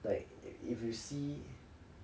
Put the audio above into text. like if you see